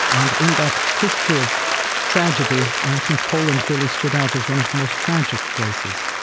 and in that history of tragedy i think poland really stood out as one of the most tragic places.